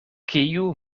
kiu